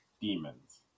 demons